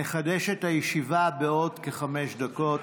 נחדש את הישיבה בעוד כחמש דקות.